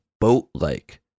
boat-like